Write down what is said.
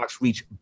reach